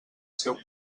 seu